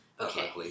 Okay